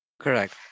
Correct